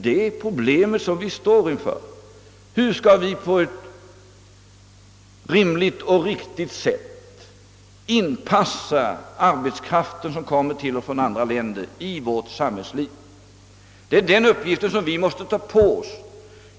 Det problem som vi står inför är ju hur vi på ett rimligt och riktigt sätt i vårt samhällsliv skall kunna inpassa den arbetskraft som kommer till oss från andra länder. Den uppgiften måste vi ta på oss.